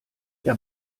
der